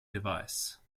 device